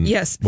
Yes